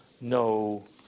no